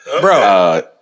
Bro